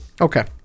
Okay